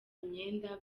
imyenda